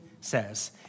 says